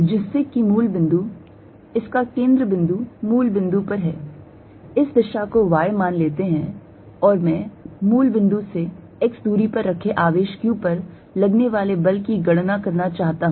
जिससे कि मूल बिंदु इसका केंद्र बिंदु मूल बिंदु पर है इस दिशा को y मान लेते हैं और मैं मूल बिंदु से x दूरी पर रखे आवेश q पर लगने वाले बल की गणना करना चाहता हूं